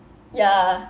ya